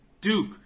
Duke